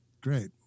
great